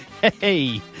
hey